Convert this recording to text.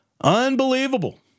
Unbelievable